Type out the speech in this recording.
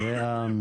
וללאה,